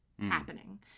happening